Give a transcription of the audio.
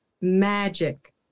magic